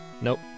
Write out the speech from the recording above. Nope